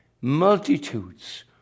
multitudes